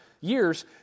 years